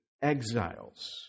exiles